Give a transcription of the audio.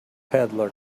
peddler